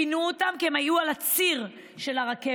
פינו אותן כי הן היו על הציר של הרכבת,